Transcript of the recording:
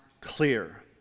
clear